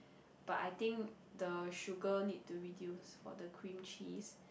but I think the sugar need to reduce for the cream cheese